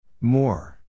More